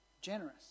generous